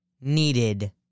needed